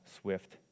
swift